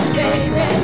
baby